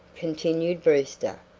continued brewster,